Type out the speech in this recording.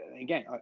again